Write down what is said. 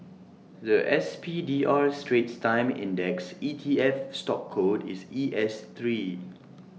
The S P D R straits times index E T F stock code is E S Three